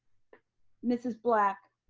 mrs. black.